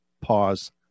pause